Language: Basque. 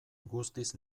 guztiz